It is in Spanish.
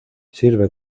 sirve